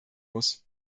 muss